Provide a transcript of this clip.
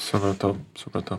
supratau supratau